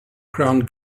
count